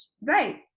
right